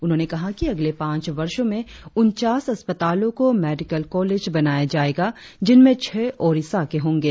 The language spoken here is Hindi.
उन्होंने कहा कि अगले पांच वर्षों में उनचास अस्पतालों को मेडिकल कॉलेज बनाया जाएगा जिनमें छह ओड़िसा के होंगे